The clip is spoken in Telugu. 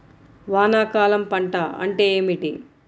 వానాకాలం పంట అంటే ఏమిటి?